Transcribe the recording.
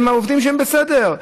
הם עובדים שהם בסדר.